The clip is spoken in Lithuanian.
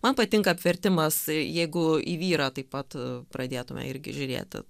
man patinka apvertimas jeigu į vyrą taip pat pradėtume irgi žiūrėti